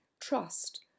trust